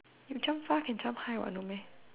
you jump far can jump high what no meh